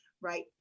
right